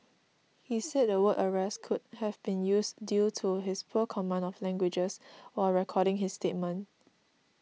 he said the word arrest could have been used due to his poor command of languages while recording his statement